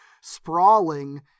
sprawling